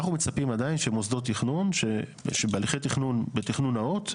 אנחנו מצפים עדיין שבהליכי תכנון בתכנון נאות,